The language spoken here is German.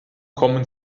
kommen